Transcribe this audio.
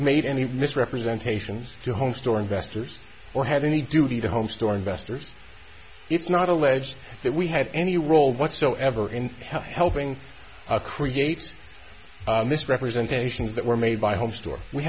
made any misrepresentations to home store investors or have any duty to home store investors it's not alleged that we had any role whatsoever in helping a creates misrepresentations that were made by home store we